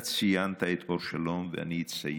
אתה ציינת את אור שלום, ואני אציין